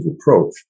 approach